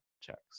checks